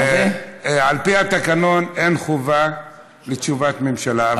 על פי התקנון, אין חובה של תשובת ממשלה.